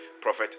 Prophet